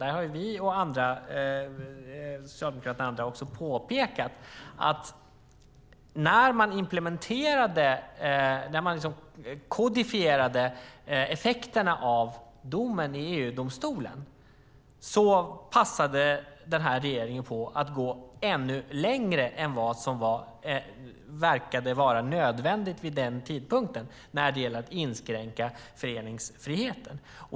Där har vi, Socialdemokraterna och andra påpekat att när man implementerade och kodifierade effekterna av domen i EU-domstolen så passade den här regeringen på att gå ännu längre när det gäller att inskränka föreningsfriheten än vad som verkade vara nödvändigt vid den tidpunkten.